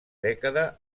dècada